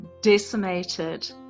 decimated